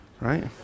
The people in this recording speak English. right